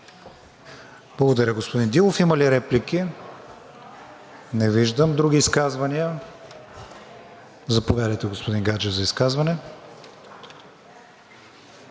Благодаря, господин Дилов. Има ли реплики? Не виждам. Други изказвания? Заповядайте, господин Гаджев, за изказване.